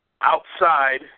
Outside